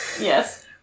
Yes